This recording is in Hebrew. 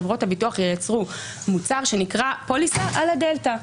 שחברות הביטוח ייצרו מוצר שנקרא "פוליסה על הדלתא".